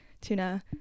tuna